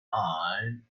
aisle